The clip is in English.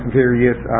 various